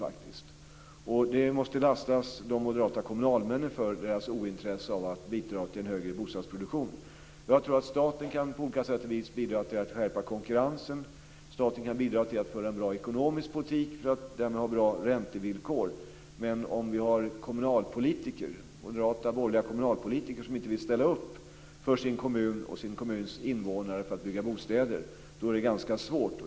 Detta ointresse av att bidra till en högre bostadsproduktion måste man lasta de moderata kommunalmännen för. Jag tror att staten på olika sätt och vis kan bidra till att skärpa konkurrensen. Staten kan bidra till att föra en bra ekonomisk politik och därmed skapa bra räntevillkor. Men om det finns moderata borgerliga kommunalpolitiker som inte vill ställa upp och bygga bostader i sin kommun för dess invånare då är det ganska svårt.